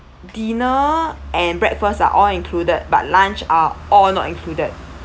dinner and breakfast are all included but lunch are all not included